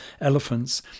elephants